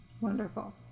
Wonderful